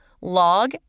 Log